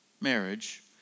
marriage